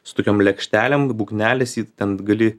su tokiom lėkštelėm būgnelis jį ten gali